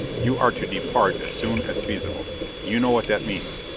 you are to depart as soon as feasible you know what that means.